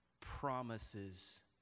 promises